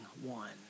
one